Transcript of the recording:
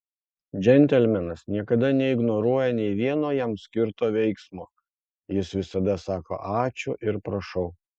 džentelmenas niekada neignoruoja nė vieno jam skirto veiksmo jis visada sako ačiū ir prašau